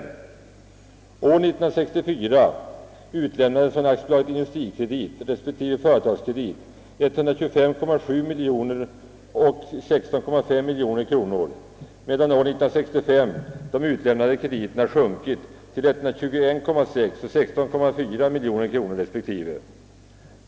År 1964 utlämnades från AB Industrikredit respektive AB Företagskredit 125,7 miljoner kronor och 16,5 miljoner kronor, medan år 1965 de utlämnade krediterna sjunkit till respektive 121,6 och 16,4 miljoner kronor.